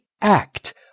act